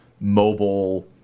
mobile